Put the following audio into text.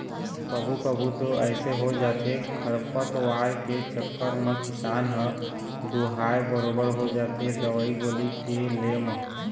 कभू कभू तो अइसे हो जाथे खरपतवार के चक्कर म किसान ह दूहाय बरोबर हो जाथे दवई गोली के ले म